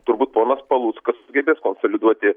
turbūt ponas paluckas sugebės konsoliduoti